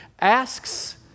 asks